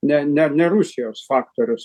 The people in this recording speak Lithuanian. ne ne ne rusijos faktorius